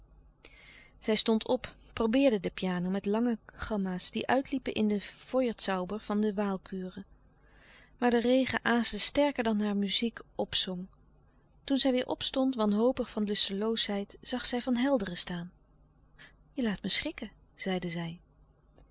zij stond op probeerde de piano met lange gamma's die uitliepen in den feuerzauber van de walküre maar de regen raasde sterker dan haar muziek opzong toen zij weêr opstond wanhopig van lusteloosheid zag zij van helderen staan je laat me schrikken zeide zij